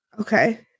Okay